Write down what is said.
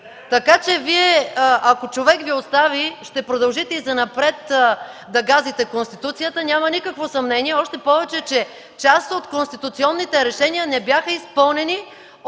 Така че ако човек Ви остави, ще продължите и занапред да газите Конституцията, няма никакво съмнение. Още повече, че част от конституционните решения не бяха изпълнени от